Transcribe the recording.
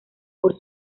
por